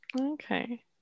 Okay